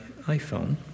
iPhone